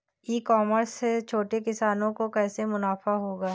ई commerce से छोटे किसानों को कैसे मुनाफा होगा?